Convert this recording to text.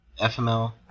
FML